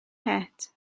het